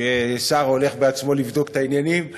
ששר הולך בעצמו לבדוק את העניינים.